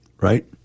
right